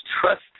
trust